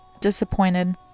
disappointed